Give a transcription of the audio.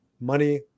money